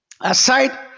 aside